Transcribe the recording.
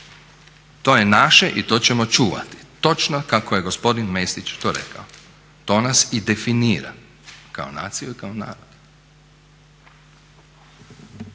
to je naše i to ćemo čuvati, točno kako je gospodin Mesić to rekao. To nas i definira kao naciju i kao narod.